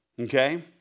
okay